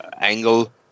angle